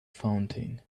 fountain